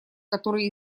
которые